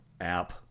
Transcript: app